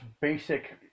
basic